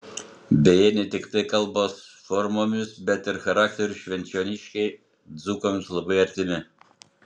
beje ne tiktai kalbos formomis bet ir charakteriu švenčioniškiai dzūkams labai artimi